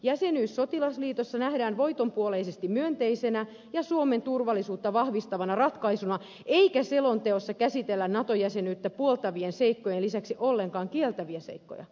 jäsenyys sotilasliitossa nähdään voitonpuoleisesti myönteisenä ja suomen turvallisuutta vahvistavana ratkaisuna eikä selonteossa käsitellä nato jäsenyyttä puoltavien seikkojen lisäksi ollenkaan kielteisiä seikkoja